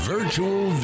Virtual